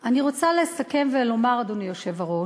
אני רוצה לסכם ולומר, אדוני היושב-ראש,